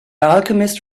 alchemist